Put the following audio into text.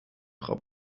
frau